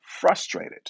frustrated